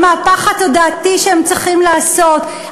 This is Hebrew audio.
המהפך התודעתי שהם צריכים לעשות,